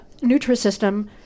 Nutrisystem